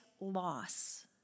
loss